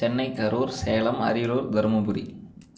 Chennai Karur Salem Ariyalur Dharmapuri